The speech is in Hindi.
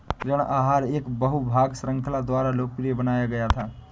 ऋण आहार एक बहु भाग श्रृंखला द्वारा लोकप्रिय बनाया गया था